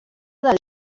del